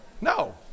No